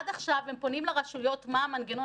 עד עכשיו הם פונים לרשויות מה המנגנון,